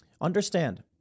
understand